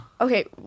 Okay